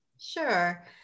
Sure